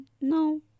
no